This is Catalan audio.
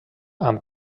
amb